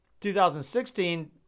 2016